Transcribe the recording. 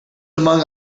among